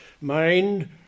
mind